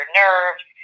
nerves